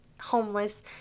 homeless